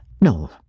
No